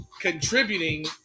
contributing